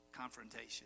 confrontation